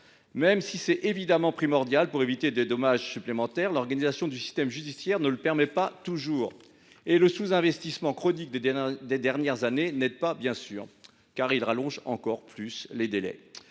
cela soit évidemment primordial pour éviter des dommages supplémentaires, l’organisation du système judiciaire ne le permet pas toujours. Et le sous investissement chronique des dernières années n’aide pas, bien sûr, car il allonge encore davantage les délais.